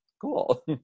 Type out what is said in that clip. cool